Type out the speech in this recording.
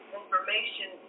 information